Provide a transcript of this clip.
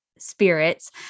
Spirits